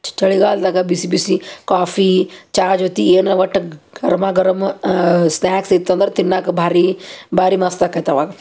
ಚ ಚಳಿಗಾಲದಾಗ ಬಿಸಿ ಬಿಸಿ ಕಾಫಿ ಚಾ ಜೊತೆ ಏನರ ಒಟ್ಟು ಗರ್ಮ ಗರಮ್ ಸ್ನಾಕ್ಸ್ ಇತ್ತು ಅಂದ್ರೆ ತಿನ್ನಕ್ಕ ಭಾರಿ ಭಾರಿ ಮಸ್ತ್ ಆಕೆತ್ ಅವಾಗ